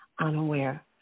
unaware